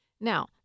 Now